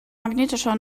magnetischer